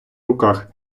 руках